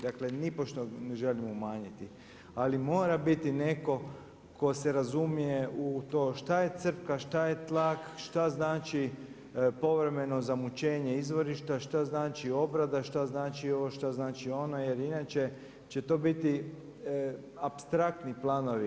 Dakle, nipošto ne želim umanjiti ali mora biti netko tko se razumije šta je crpka, šta je tlak, šta znači povremeno zamučenje izvorišta, šta znači obrada, šta znači ovo, šta znači ono jer inače će to biti apstraktni planovi.